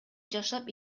жашап